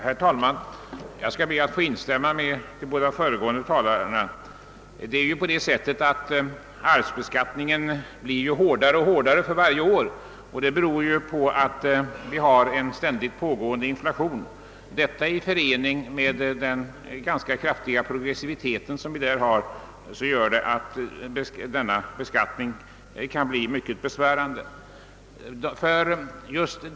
Herr talman! Jag skall be att få instämma med de båda föregående talarna. Arvsbeskattningen blir hårdare och hårdare för varje år. Den ständigt pågående inflationen i förening med den ganska kraftiga progressiviteten gör att denna beskattning kan bli mycket besvärande.